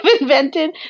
invented